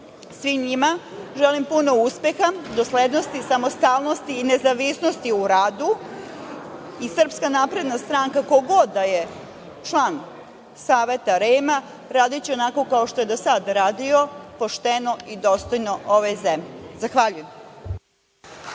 Svima njima želim puno uspeha, doslednosti, samostalnosti i nezavisnosti u radu. Ko god da je član Saveta REM, radiće onako kao što je do sad radio, pošteno i dostojno ovoj zemlji. Zahvaljujem.